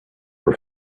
were